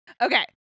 Okay